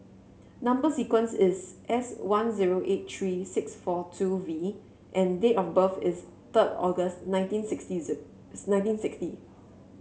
number sequence is S one zero eight three six four two V and date of birth is third August nineteen sixty is nineteen sixty